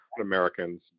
Americans